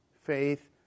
faith